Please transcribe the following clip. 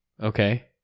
Okay